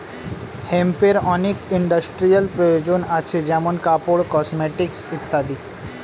হেম্পের অনেক ইন্ডাস্ট্রিয়াল প্রয়োজন আছে যেমন কাপড়, কসমেটিকস ইত্যাদি